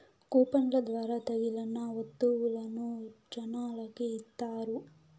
కూపన్ల ద్వారా తగిలిన వత్తువులను జనాలకి ఇత్తారు